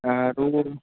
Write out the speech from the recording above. କାହାକୁ ବୋଲ